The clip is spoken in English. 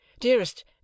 Dearest